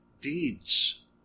deeds